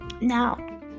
Now